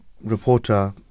reporter